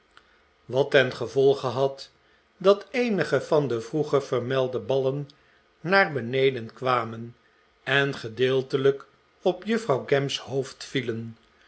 wat ten gevolge had dat eenige van de vroeger vermelde ballen naar beneden kwamen en gedeeltelijk op juffrouw gamp's hoofd vielen